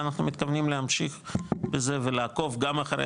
ואנחנו מתכוונים להמשיך בזה ולעקוב גם אחרי